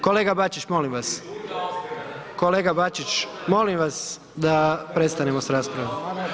Kolega Bačić, molim vas, kolega Bačić molim vas da prestanemo s raspravom.